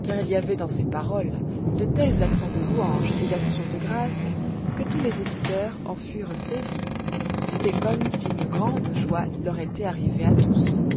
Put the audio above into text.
car il y avait dans ses paroles de tels accents de louanges et d'actions de grâce que tous les auditeurs en furent saisis c'était comme si une grande joie leur était arrivée à tous